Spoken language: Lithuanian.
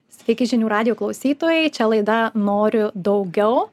sveiki žinių radijo klausytojai čia laida noriu daugiau